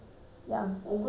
clear பண்ணுங்க:pannunka